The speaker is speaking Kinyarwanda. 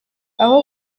aho